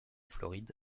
floride